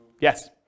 Yes